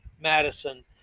Madison